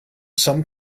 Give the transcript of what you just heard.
some